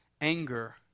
anger